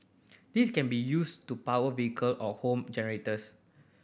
this can then be used to power vehicle or home generators